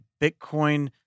Bitcoin